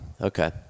Okay